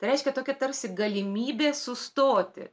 tai reiškia tokia tarsi galimybė sustoti